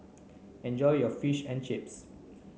enjoy your Fish and Chips